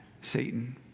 Satan